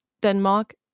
Denmark